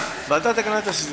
ועדת הגנת הסביבה.